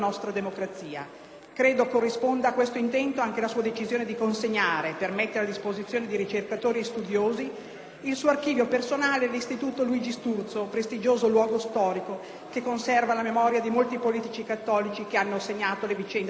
Credo corrisponda a questo intento anche la sua decisione di consegnare, per mettere a disposizione di ricercatori e studiosi, il suo archivio personale all'Istituto Luigi Sturzo, prestigioso luogo storico, che conserva la memoria di molti politici cattolici che hanno segnato le vicende del nostro Paese.